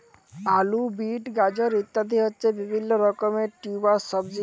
আলু, বিট, গাজর ইত্যাদি হচ্ছে বিভিল্য রকমের টিউবার সবজি